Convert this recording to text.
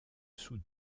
sous